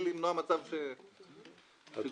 אני